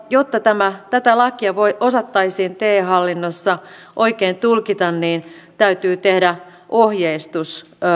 jotta tätä lakia osattaisiin te hallinnossa oikein tulkita niin täytyy tehdä ohjeistus